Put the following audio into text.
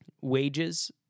wages